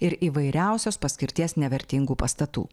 ir įvairiausios paskirties nevertingų pastatų